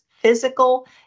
physical